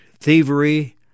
thievery